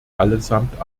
allesamt